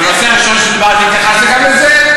הנושא הראשון שדיברתי, התייחסתי גם לזה.